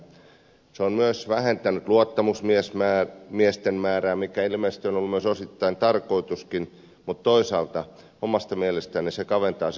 kuntaliitosten tekeminen on myös vähentänyt luottamusmiesten määrää mikä ilmeisesti on ollut osittain tarkoituskin mutta omasta mielestäni se toisaalta kaventaa silloin myös demokratiaa